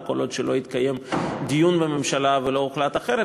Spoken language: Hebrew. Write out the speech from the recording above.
וכל עוד לא התקיים דיון בממשלה ולא הוחלט אחרת,